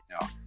now